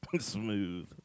smooth